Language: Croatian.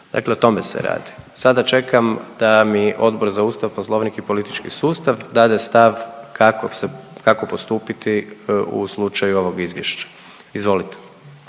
Dakle o tome se radi. Sada čekam da mi Odbor za Ustav, Poslovnik i politički sustav dade stav kako postupiti u slučaju ovog izvješća. Izvolite.